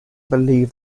believe